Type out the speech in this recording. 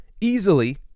easily